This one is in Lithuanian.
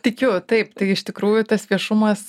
tikiu taip tai iš tikrųjų tas viešumas